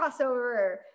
crossover